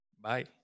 Bye